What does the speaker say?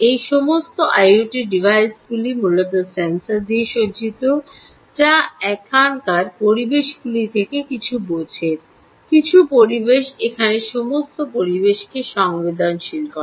এই সমস্ত আইওটি ডিভাইসগুলি মূলত সেন্সর দিয়ে সজ্জিত যা এখানকার পরিবেশগুলি থেকে কিছু বোঝে কিছু পরিবেশ এখানে সমস্ত পরিবেশকে সংবেদনশীল করে